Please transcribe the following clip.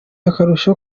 akarusho